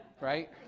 right